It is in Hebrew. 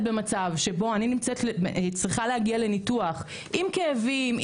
במצב שבו אני צריכה להגיע לניתוח עם כאבים,